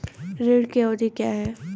ऋण की अवधि क्या है?